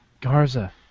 Garza